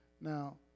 now